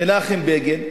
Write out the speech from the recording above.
מנחם בגין,